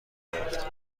میگرفتن